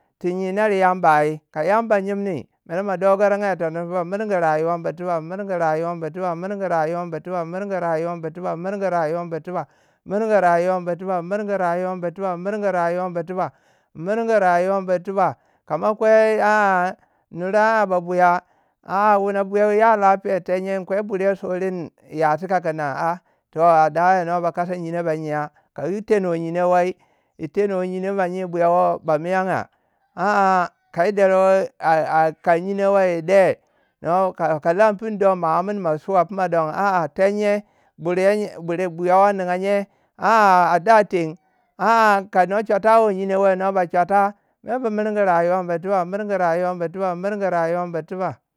ti yir ner Yamba ai, ka yamba nyimnui mere mo dogaranga tono po bu miring rayuwa bur tiba bu miring rayuwa bur tibi bu miring rayuwa bur tiba bu murung rayuwa bur tuba. Miringi rayuwa bur tiba miringi rayuwa bur tiba miringi rayuwa bur tiba miringi ryuwa bur tiba. kama kwai a- a nure a- a ba buya a- a wuna buyau ya lafiya. Tenye yin kwe buriyey so reni yachika ki nan a. toh a daya no ba kasa nyenou noba nyeya kai yi teno nyenoun wai yi teno nyenou manyiu buya wo ba miyanga. A- a ka yi derewei a- a kan nyino wei. yi de no ka- ka lan pinu don ma amna ma suwa fina don. a- an tengnye buryuwo nye. buri buya wo ninga nye a- a a da teng a- a ka no ka chwatawi nyenou wai no ba chwata. Mer bu mirgi rayuwa bur tiba bu mirgi rayuwa bur tiba bu mirgi rayuwa bur tiba.